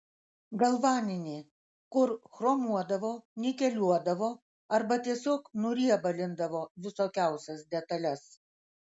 galvaninį kur chromuodavo nikeliuodavo arba tiesiog nuriebalindavo visokiausias detales